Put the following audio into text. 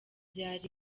byari